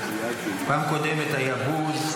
פעם קודמת היה בוז,